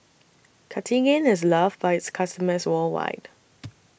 Cartigain IS loved By its customers worldwide